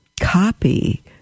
copy